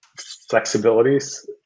flexibilities